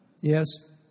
Yes